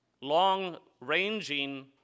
long-ranging